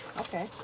Okay